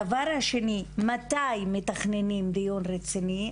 דבר נוסף מתי מתכננים דיון רציני,